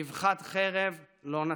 באבחת חרב לא נצליח.